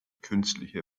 künstliche